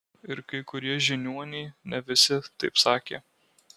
ir kai kurie žiniuoniai ne visi taip sakė